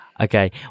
Okay